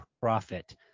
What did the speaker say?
profit